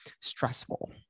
stressful